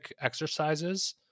exercises